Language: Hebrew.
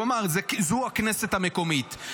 הוא אמר: זו הכנסת המקומית.